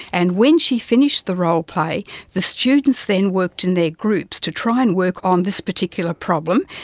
and when she finished the role-play the students then worked in their groups to try and work on this particular problem,